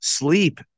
Sleep